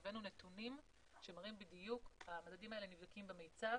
נראה נתונים שמראים בדיוק הם נבדקים במיצב,